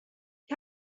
ich